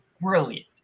Brilliant